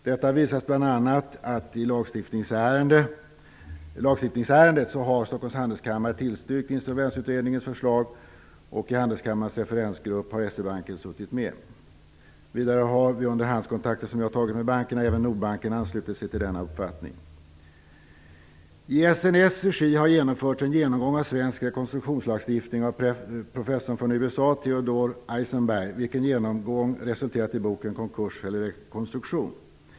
Detta visas bl.a. av att Stockholms Handelskammare har tillstyrkt Insolvensutredningens förslag i lagstiftningsärendet. I Handelskammarens referensgrupp har SE-banken suttit med. Vidare har vid underhandskontakter som jag har tagit med bankerna även Nordbanken anslutit sig till denna uppfattning. I SNS:s regi har genomförts en genomgång av svensk rekonstruktionslagstiftning av professor Theodore Eisenberg från USA. Denna genomgång resulterade i boken Konkurs eller rekonstruktion.